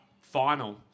final